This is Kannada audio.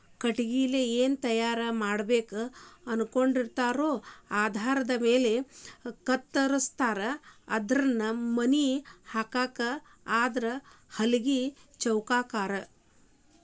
ಕಟಗಿಲೆ ಏನ ತಯಾರ ಮಾಡಬೇಕ ಅನಕೊಂಡಿರತಾರೊ ಆಧಾರದ ಮ್ಯಾಲ ಕತ್ತರಸ್ತಾರ ಅಂದ್ರ ಮನಿ ಹಾಕಾಕ ಆದ್ರ ಹಲಗಿ ಚೌಕಾಕಾರಾ